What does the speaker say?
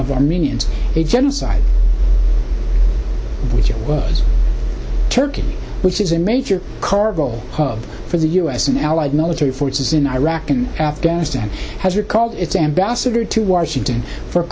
of armenians a genocide which was turkey which is a major cargo hub for the us and allied military forces in iraq and afghanistan has recalled its ambassador to washington for